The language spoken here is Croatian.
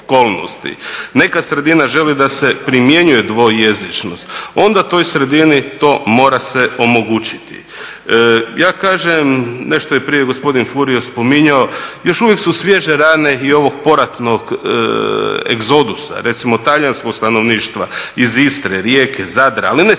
neka sredina želi da se primjenjuje dvojezičnost onda toj sredini to mora se omogućiti. Ja kažem, nešto je prije gospodin Furijo spominjao, još uvijek su svježe rane i ovog poratnog egzodusa, recimo Talijanskog stanovništva iz Istre, Rijeke, Zadra ali ne samo